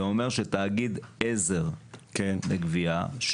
זה אומר שתאגיד עזר לגבייה,